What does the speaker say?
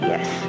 Yes